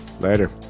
Later